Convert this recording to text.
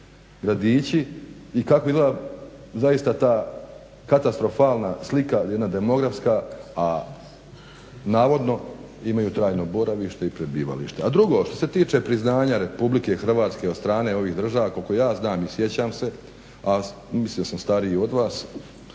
izgleda ta zaista jedna katastrofalna slika demografska a navodno imaju trajno boravište i prebivalište. A drugo, što se tiče priznanja RH od ovih država koliko ja znam i sjećam se a mislim da sam stariji od vas,